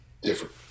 different